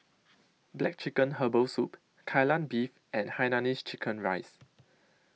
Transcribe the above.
Black Chicken Herbal Soup Kai Lan Beef and Hainanese Chicken Rice